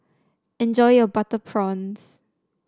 enjoy your Butter Prawns